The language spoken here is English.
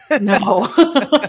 No